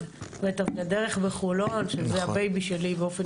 ואת הדרך בחולון שזה הבייבי שלי באופן